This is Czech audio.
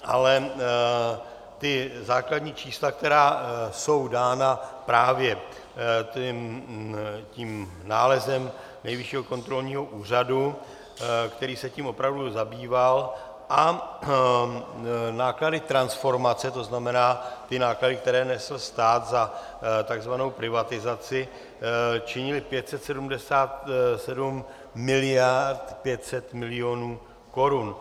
Ale ta základní čísla, která jsou dána právě tím nálezem Nejvyššího kontrolního úřadu, který se tím opravdu zabýval, a náklady transformace, tzn. ty náklady, které nese stát za tzv. privatizaci, činily 577 miliard 500 milionů korun.